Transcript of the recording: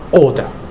order